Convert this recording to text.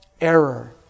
error